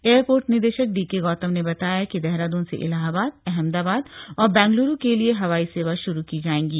airport निदेशक DK Gautam ने बताया कि देहरादून से इलाहाबाद अहमदाबाद और बेंगल्रु के लिए हवाई सेवा श्रू की जाएंगी